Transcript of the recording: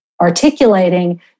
articulating